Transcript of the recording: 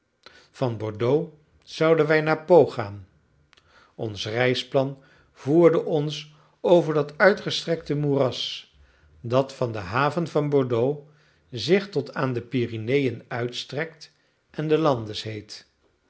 van bordeaux zouden wij naar pau gaan ons reisplan voerde ons over dat uitgestrekt moeras dat van de haven van bordeaux zich tot aan de pyreneën uitstrekt en de landes heet